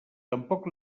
tampoc